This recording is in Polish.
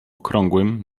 okrągłym